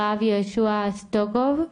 הרב יהושע סבודקוף,